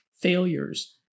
failures